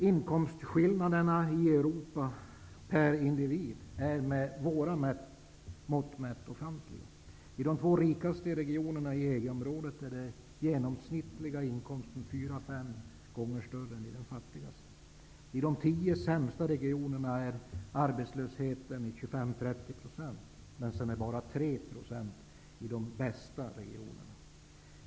Inkomstskillnaderna i Europa per individ är med våra mått mätt ofantliga. I de två rikaste regionerna i EG-området är den genomsnittliga inkomsten fyra till fem gånger större än i den fattigaste. I de tio sämsta regionerna ligger arbetslösheten på 25--30 % mot bara 3 % i de bästa regionerna.